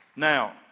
Now